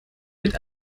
mit